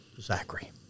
Zachary